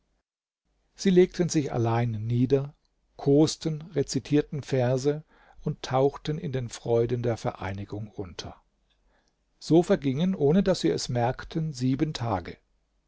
sie legten sich allein nieder kosten rezitierten verse und tauchten in den freuden der vereinigung unter so vergingen ohne daß sie es merkten sieben tage